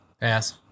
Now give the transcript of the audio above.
Pass